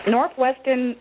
Northwestern